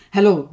Hello